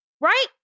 right